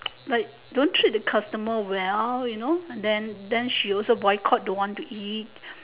like don't treat the customer well you know then she also boycott don't want to eat